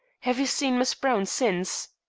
have you seen miss browne since?